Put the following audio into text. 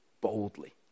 boldly